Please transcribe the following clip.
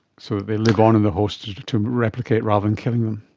so they live on in the host to replicate rather than killing them.